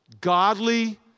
godly